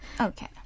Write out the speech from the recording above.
Okay